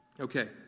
Okay